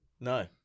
No